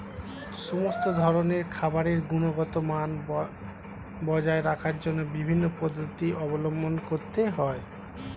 সমস্ত ধরনের খাবারের গুণগত মান বজায় রাখার জন্য বিভিন্ন পদ্ধতি অবলম্বন করতে হয়